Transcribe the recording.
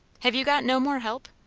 have you got no more help?